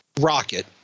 rocket